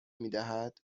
میدهد